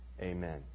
Amen